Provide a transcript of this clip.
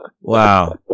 Wow